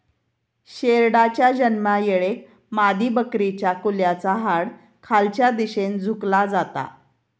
शेरडाच्या जन्मायेळेक मादीबकरीच्या कुल्याचा हाड खालच्या दिशेन झुकला जाता